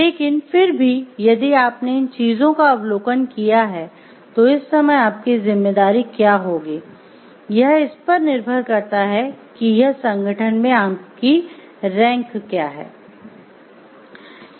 लेकिन फिर भी यदि आपने इन चीजों का अवलोकन किया है तो इस समय आपकी जिम्मेदारी क्या होगी यह इस पर निर्भर करता है कि यह संगठन में आपकी रैंक क्या है